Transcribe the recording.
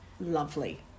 lovely